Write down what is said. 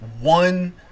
one